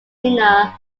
inner